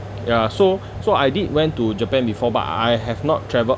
ya so so I did went to japan before but I have not travelled